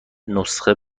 نسخه